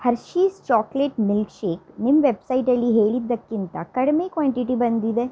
Hershey's chocolate milkshake ನಿಮ್ಮ ವೆಬ್ಸೈಟಲ್ಲಿ ಹೇಳಿದ್ದಕ್ಕಿಂತ ಕಡಿಮೆ ಕ್ವಾಂಟಿಟಿ ಬಂದಿದೆ